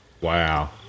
Wow